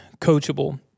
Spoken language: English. coachable